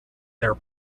their